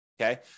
Okay